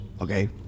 Okay